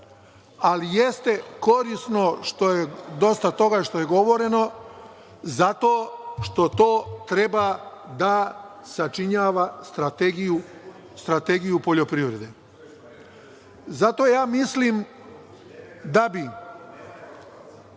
ali jeste korisno dosta toga što je govoreno zato što to treba da sačinjava strategiju poljoprivrede. Ne mislim danas